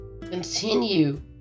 continue